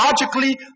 logically